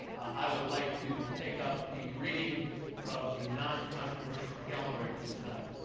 i would like to take up the reading of the non-controversial calendar at this time.